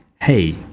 hey